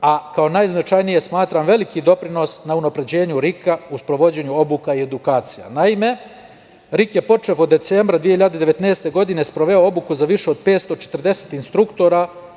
a kao najznačajnije smatram veliki doprinos na unapređenju RIK-a u sprovođenju obuka i edukacija. Naime, RIK je počev, od decembra 2019. godine, sproveo obuku za više od 540 instruktora